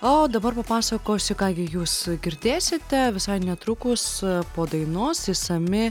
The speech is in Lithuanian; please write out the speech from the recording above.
o dabar papasakosiu ką gi jūs girdėsite visai netrukus po dainos išsami